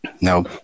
No